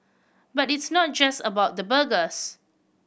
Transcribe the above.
but it's not just about the burgers